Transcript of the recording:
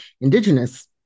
indigenous